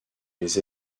les